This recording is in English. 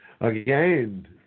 again